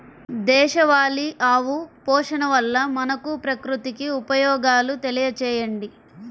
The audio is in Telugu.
దేశవాళీ ఆవు పోషణ వల్ల మనకు, ప్రకృతికి ఉపయోగాలు తెలియచేయండి?